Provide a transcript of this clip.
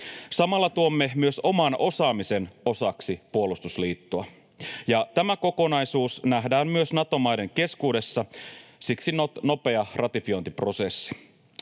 Samalla tuomme myös oman osaamisen osaksi puolustusliittoa, ja tämä kokonaisuus nähdään myös Nato-maiden keskuudessa — siksi nopea ratifiointiprosessi.